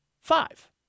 Five